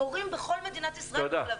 יורים בכל מדינת ישראל בכלבים.